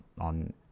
on